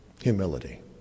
humility